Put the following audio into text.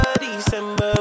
December